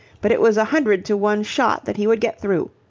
but it was a hundred to one shot that he would get through.